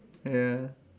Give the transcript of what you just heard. ya